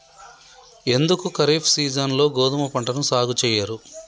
ఎందుకు ఖరీఫ్ సీజన్లో గోధుమ పంటను సాగు చెయ్యరు?